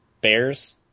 bears